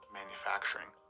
manufacturing